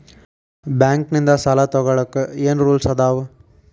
Bank ನಿಂದ್ ಸಾಲ ತೊಗೋಳಕ್ಕೆ ಏನ್ ರೂಲ್ಸ್ ಅದಾವ?